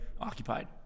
occupied